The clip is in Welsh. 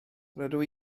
rydw